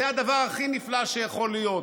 זה הדבר הכי נפלא שיכול להיות,